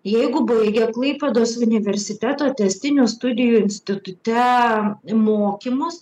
jeigu baigė klaipėdos universiteto tęstinių studijų institute mokymus